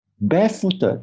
barefooted